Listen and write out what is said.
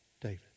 David